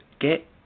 Get